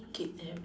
keep them